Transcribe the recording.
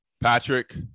Patrick